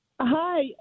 Hi